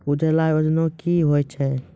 उजाला योजना क्या हैं?